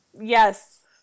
Yes